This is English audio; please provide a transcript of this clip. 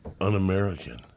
un-american